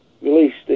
released